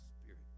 spirit